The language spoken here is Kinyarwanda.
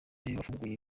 yafunguye